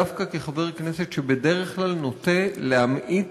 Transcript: דווקא כחבר כנסת שבדרך כלל נוטה להמעיט